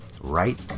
right